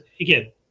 again